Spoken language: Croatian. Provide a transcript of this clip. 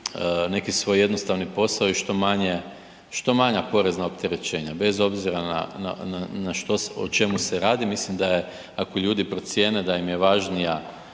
neki svoj jednostavni posao i što manja porezna opterećenja bez obzira na što se, o čemu se radi. Mislim da je, ako ljudi procjene da im je važnija,